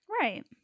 Right